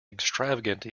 extravagant